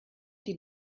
die